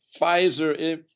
Pfizer